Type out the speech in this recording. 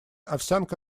овсянка